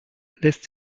lässt